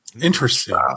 Interesting